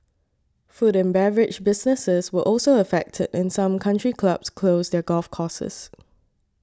food and beverage businesses were also affected and some country clubs closed their golf courses